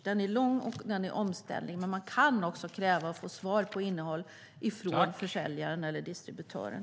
Den är lång och omständlig, men man kan även kräva att få svar om innehåll från försäljaren eller distributören.